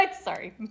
Sorry